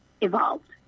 evolved